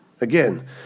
Again